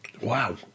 Wow